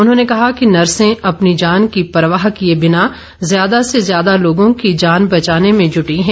उन्होंने कहा कि नर्सें अपनी जान की परवाह किए बिना ज्यादा से ज्यादा लोगों की जान बचाने में जुटी हैं